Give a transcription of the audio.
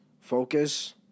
focus